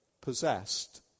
possessed